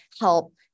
help